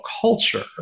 culture